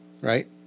right